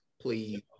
please